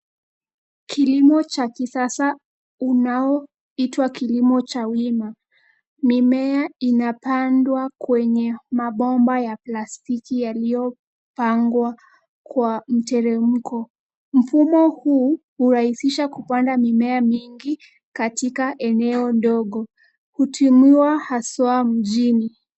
Kilimo cha kisasa unaoitwa kilimo cha wima. Mimea inapandwa kwenye mabomba ya plastiki yaliyopangwa kwa mteremko. Mfumo huu hurahisisha kupanda mimea mingi katika eneo ndogo. Hutumiwa haswa mjini.